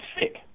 sick